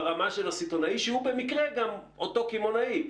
ברמה של הסיטונאי שהוא במקרה גם אותו קמעונאי.